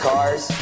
Cars